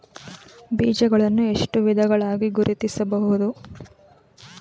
ಬೀಜಗಳನ್ನು ಎಷ್ಟು ವಿಧಗಳಾಗಿ ಗುರುತಿಸಬಹುದು?